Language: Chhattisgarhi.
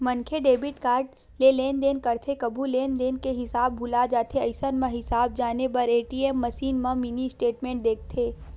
मनखे डेबिट कारड ले लेनदेन करथे कभू लेनदेन के हिसाब भूला जाथे अइसन म हिसाब जाने बर ए.टी.एम मसीन म मिनी स्टेटमेंट देखथे